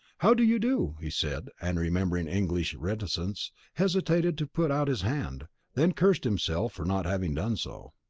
how do you do, he said, and remembering english reticence, hesitated to put out his hand then cursed himself for not having done so.